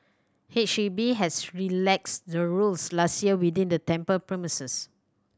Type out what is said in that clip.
H E B has relaxed the rules last year within the temple premises